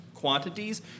quantities